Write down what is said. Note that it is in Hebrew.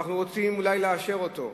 ואנחנו רוצים אולי לאשר אותו.